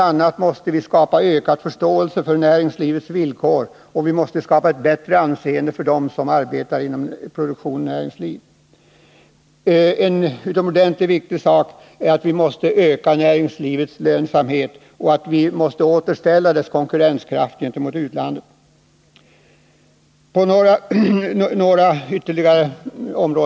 a. måste vi skapa ökad förståelse för näringslivets villkor och ett bättre anseende för dem som arbetar inom näringsliv och produktion. Utomordentligt viktigt är att vi ökar näringslivets lönsamhet. Vi måste återställa dess konkurrenskraft gentemot utlandet.